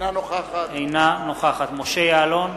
אינה נוכחת משה יעלון,